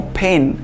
pain